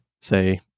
say